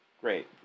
great